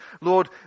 Lord